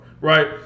right